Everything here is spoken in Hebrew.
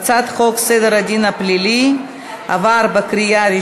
הצעת חוק סדר דין הפלילי (עצור החשוד בעבירת ביטחון) (הוראת